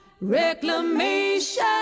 reclamation